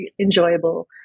enjoyable